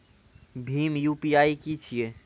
भीम U P I की छीके?